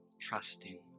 trusting